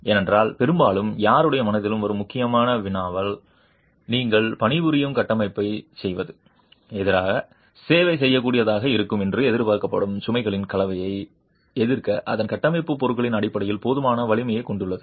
ஏனென்றால் பெரும்பாலும் யாருடைய மனதிலும் வரும் முக்கியமான வினவல் நீங்கள் பணிபுரியும் கட்டமைப்பைச் செய்வது எதிராக சேவை செய்யக்கூடியதாக இருக்கும் என்று எதிர்பார்க்கப்படும் சுமைகளின் கலவையை எதிர்க்க அதன் கட்டமைப்பு பொருட்களின் அடிப்படையில் போதுமான வலிமையைக் கொண்டுள்ளது